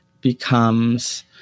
becomes